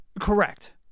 Correct